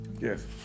Yes